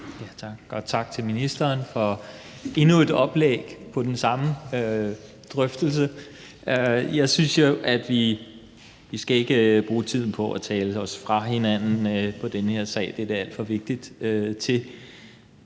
og tak til ministeren for endnu et oplæg til den samme drøftelse. Jeg synes jo, at vi ikke skal bruge tiden på at tale os fra hinanden i den her sag – det er den alt for vigtig til.